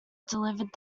delivered